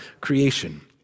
creation